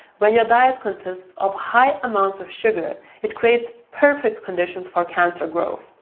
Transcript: when your diet consists of high amounts of sugar, it creates perfect conditions for cancer growth.